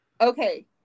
Okay